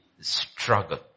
struggle